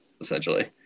essentially